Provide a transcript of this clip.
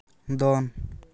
ᱫᱚᱱ